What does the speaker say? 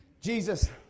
Jesus